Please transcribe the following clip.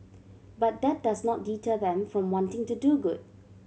but that does not deter them from wanting to do good